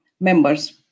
members